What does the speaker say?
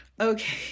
Okay